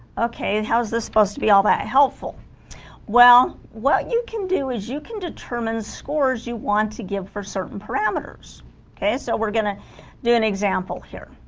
okay and how is this supposed to be all that helpful well what you can do is you can determine scores you want to give for certain parameters okay so we're going to do an example here